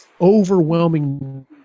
overwhelming